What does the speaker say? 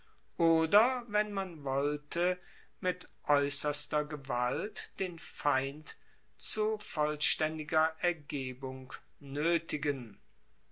oder wenn man wollte mit aeusserster gewalt den feind zu vollstaendiger ergebung noetigen